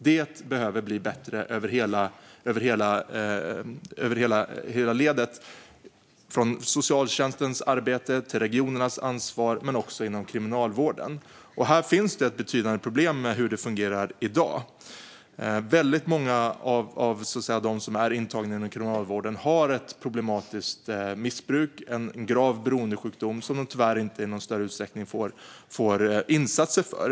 Det behöver bli bättre i hela ledet, från socialtjänstens arbete, till regionernas ansvar men också inom kriminalvården. Här finns det ett betydande problem med hur det fungerar i dag. Väldigt många av dem som är intagna inom kriminalvården har ett problematiskt missbruk och en grav beroendesjukdom som de tyvärr inte i någon större utsträckning får insatser för.